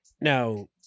Now